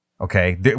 Okay